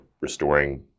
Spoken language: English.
restoring